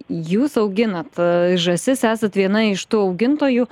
jūs auginat a žąsis esat viena iš tų augintojų